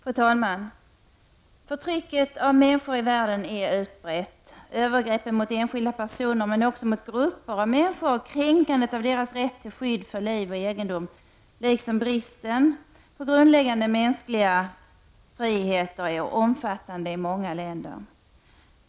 Fru talman! Förtrycket av människor i världen är utbrett. Övergreppen mot enskilda personer men också mot grupper av människor och kränkandet av deras rätt till skydd för liv och egendom liksom bristen på grundläggande mänskliga friheter är omfattande i många länder.